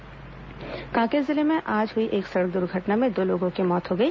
द्घटना कांकेर जिले में आज हुई एक सड़क दुर्घटना में दो लोगों की मौत हो गई